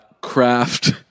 craft